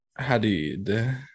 Hadid